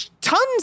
tons